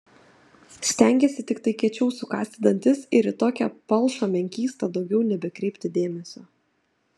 stengiesi tiktai kiečiau sukąsti dantis ir į tokią palšą menkystą daugiau nebekreipti dėmesio